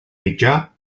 mitjà